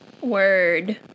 Word